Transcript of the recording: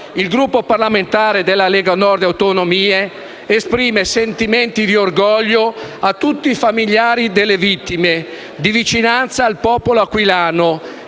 Il Gruppo parlamentare della Lega Nord Autonomie esprime sentimenti di cordoglio a tutti i familiari delle vittime e di vicinanza al popolo aquilano